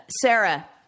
Sarah